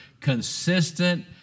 consistent